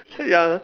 ya